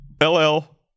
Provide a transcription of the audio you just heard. L-L